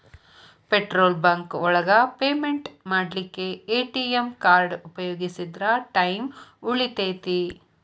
petrol bunk ಒಳಗ payment ಮಾಡ್ಲಿಕ್ಕೆ ATM card ಉಪಯೋಗಿಸಿದ್ರ ಟೈಮ್ ಉಳಿತೆತಿ